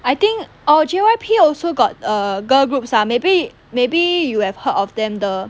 I think oh J_Y_P also got err girl groups ah maybe maybe you have heard of them the